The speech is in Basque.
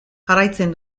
jarraitzen